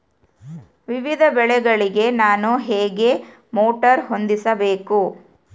ವಿವಿಧ ಬೆಳೆಗಳಿಗೆ ನಾನು ಹೇಗೆ ಮೋಟಾರ್ ಹೊಂದಿಸಬೇಕು?